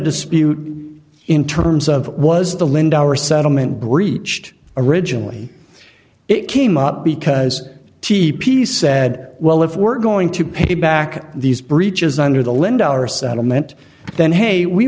dispute in terms of was the lindauer settlement breached originally it came up because t p said well if we're going to pay back these breaches under the lindauer settlement then hey we